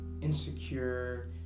insecure